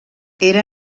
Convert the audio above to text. era